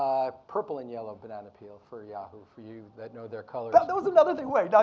purple and yellow banana peel for yahoo! for you that know their colors. that was another thing, wait.